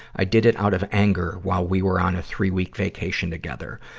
i did it out of anger, while we were on a three-week vacation together.